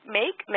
make